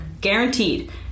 Guaranteed